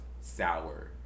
sour